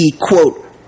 quote